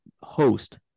host